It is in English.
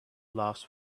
laughs